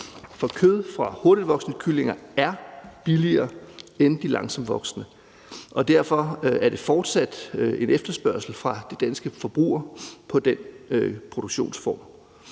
Kød fra hurtigtvoksende kyllinger er billigere end fra de langsomt voksende, og derfor er der fortsat en efterspørgsel fra de danske forbrugere på den produktionsform.